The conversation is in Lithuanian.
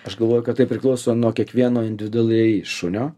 aš galvoju kad tai priklauso nuo kiekvieno individualiai šunio